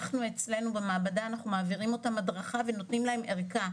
אצלנו במעבדה אנחנו מעבירים אותם הדרכה ונותנים להם ערכה,